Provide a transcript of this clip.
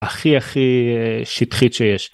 הכי הכי שטחית שיש.